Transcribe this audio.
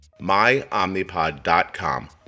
MyOmnipod.com